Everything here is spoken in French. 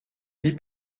vie